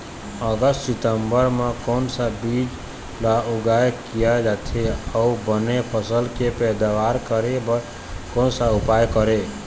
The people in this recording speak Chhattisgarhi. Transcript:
अगस्त सितंबर म कोन सा बीज ला उगाई किया जाथे, अऊ बने फसल के पैदावर करें बर कोन सा उपाय करें?